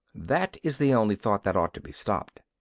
that is the only thought that ought to be stopped.